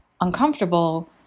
uncomfortable